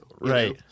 right